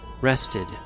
Rested